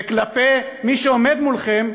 וכלפי מי שעומד מולכם,